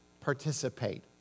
participate